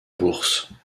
bourse